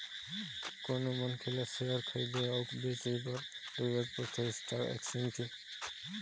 कोनो मनखे ल सेयर खरीदे अउ बेंचे बर जरुरत पड़थे स्टाक एक्सचेंज के